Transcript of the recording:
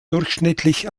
durchschnittlich